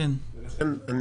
לכן אני